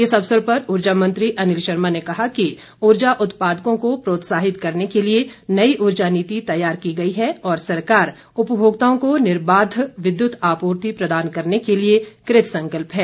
इस अवसर पर ऊर्जा मंत्री अनिल शर्मा ने कहा कि ऊर्जा उत्पादकों को प्रोत्साहित करने के लिए नई ऊर्जा नीति तैयार की गई है और सरकार उपभोक्ताओं को निर्बाध विद्युत आपूर्ति प्रदान करने के लिए कृत संकल्प है